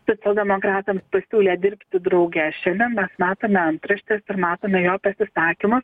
socialdemokratams pasiūlė dirbti drauge šiandien mes matome antraštes ir matome jo pasisakymus